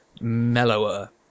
mellower